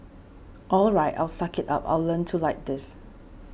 all right I'll suck it up I'll learn to like this